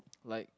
like